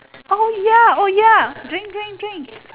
oh ya oh ya drink drink drink